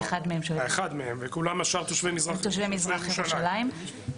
והשאר תושבי מזרח ירושלים.